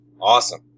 Awesome